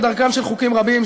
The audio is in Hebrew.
כדרכם של חוקים רבים,